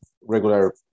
regular